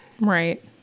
Right